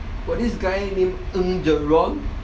got this guy named ng jeron